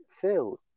filled